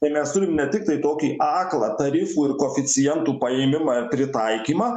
tai mes turim ne tiktai tokį aklą tarifų ir koeficientų paėmimą ir pritaikymą